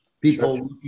People